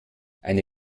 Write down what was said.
eine